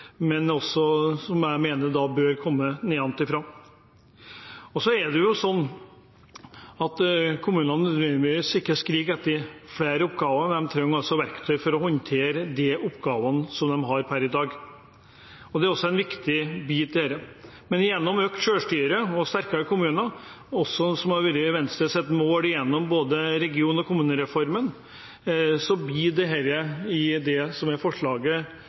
men som jeg mener bør komme nedenfra. Så er det jo sånn at kommunene ikke nødvendigvis skriker etter flere oppgaver. De trenger verktøy for å håndtere de oppgavene som de har per i dag. Det er også en viktig bit i dette. Men gjennom økt selvstyre og sterkere kommuner, som også har vært Venstres mål gjennom både regionreformen og kommunereformen, oppfatter jeg det som ligger inne i forslaget, som et klart ønske om detaljstyring av norske kommuner fra denne sal, og det er